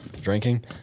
drinking